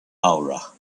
aura